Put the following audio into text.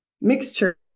mixture